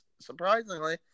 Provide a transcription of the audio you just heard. surprisingly